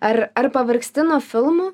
ar ar pavargsti nuo filmų